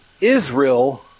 Israel